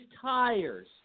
tires